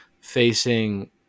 facing